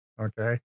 okay